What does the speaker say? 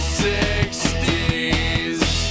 60's